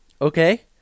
Okay